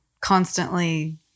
constantly